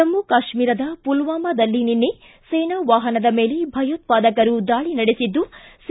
ಜಮ್ಮುಕಾಶ್ಮೀರದ ಪುಲ್ವಾಮಾದಲ್ಲಿ ನಿನ್ನೆ ಸೇನಾ ವಾಹನದ ಮೇಲೆ ಭಯೋತ್ಪಾದಕರು ದಾಳಿ ನಡೆಸಿದ್ದು ಸಿ